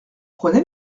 prenez